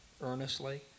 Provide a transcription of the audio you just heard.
earnestly